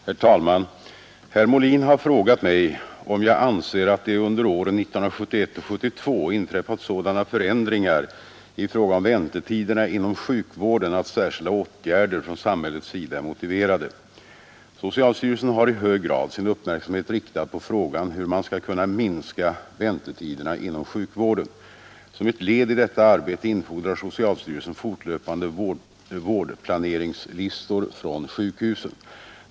Herr talman! Herr Molin har frågat mig om jag anser att det under åren 1971 och 1972 inträffat sådana förändringar i fråga om väntetiderna inom sjukvården att särskilda åtgärder från samhällets sida är motiverade. Socialstyrelsen har i hög grad sin uppmärksamhet riktad på frågan hur man skall kunna minska väntetiderna inom sjukvården. Som ett led i detta arbete infordrar socialstyrelsen fortlöpande vårdplaneringslistor från sjukhusen.